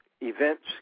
events